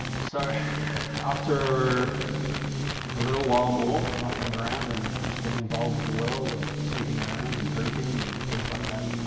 so after a little while more mucking around, and just being involved with the world and sleeping around and drinking and things like, that